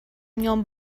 میان